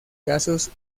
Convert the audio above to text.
casos